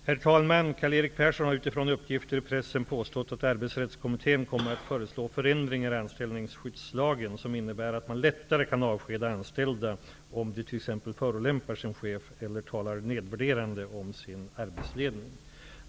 Herr talman! Karl-Erik Persson har utifrån uppgifter i pressen påstått att Arbetsrättskommittén kommer att föreslå förändringar i anställningsskyddslagen som innebär att man lättare kan avskeda anställda om de t.ex. förolämpar sin chef eller talar nedvärderande om sin arbetsledning.